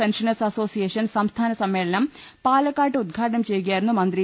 pensioners association സംസ്ഥാന സമ്മേളനം പാലക്കാട്ട് ഉദ്ഘാടനം ചെയ്യുകയായിരുന്നു മന്ത്രി